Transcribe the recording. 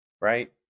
right